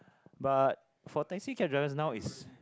but for taxi cab drivers now is